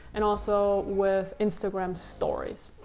and also with instagram stories.